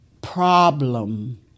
problem